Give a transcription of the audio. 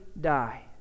die